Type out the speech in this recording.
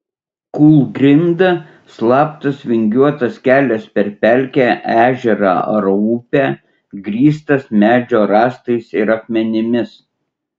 kūlgrinda slaptas vingiuotas kelias per pelkę ežerą ar upę grįstas medžio rąstais ir akmenimis